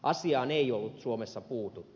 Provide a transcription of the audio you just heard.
asiaan ei ollut suomessa puututtu